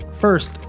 First